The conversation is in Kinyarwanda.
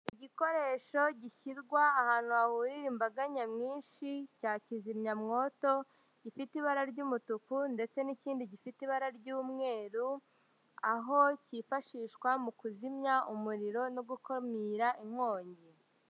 Igikoresho gishyirwa ahantu hahurira imbaga nyamwinshi cya kizimyamwoto, gifite ibara ry'umutuku ndetse n'ikindi gifite ibara ry'umweru, aho cyifashishwa mu kuzimya umuriro no gukomira inkongi.